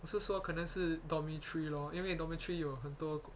我是说可能是 dormitory lor 因为 dormitory 有很多